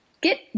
Get